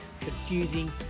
confusing